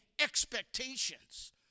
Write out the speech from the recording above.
expectations